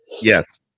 Yes